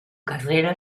carrera